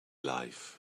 life